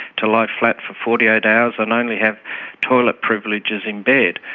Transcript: to lie flat for forty eight hours and only have toilet privileges in bed.